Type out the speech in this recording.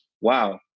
wow